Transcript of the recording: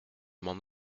m’en